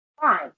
Fine